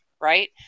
right